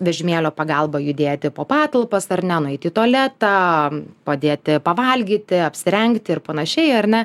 vežimėlio pagalba judėti po patalpas ar ne nueiti į tualetą padėti pavalgyti apsirengti ir panašiai ar ne